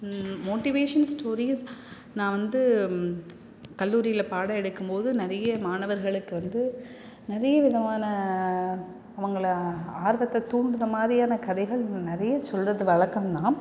motivation stories நான் வந்து கல்லூரியில பாடம் எடுக்கும் போது நிறைய மாணவர்களுக்கு வந்து நிறைய விதமான அவங்களை ஆர்வத்தை தூண்டுத மாதிரியான கதைகள் நிறைய சொல்லுறது வழக்கம்தான்